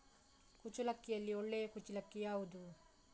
ಕುಚ್ಚಲಕ್ಕಿಯಲ್ಲಿ ಒಳ್ಳೆ ಕುಚ್ಚಲಕ್ಕಿ ಯಾವುದು?